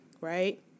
right